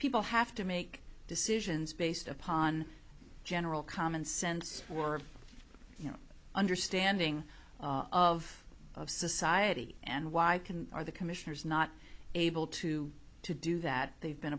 people have to make decisions based upon general commonsense or you know understanding of society and why i can are the commissioners not able to to do that they've been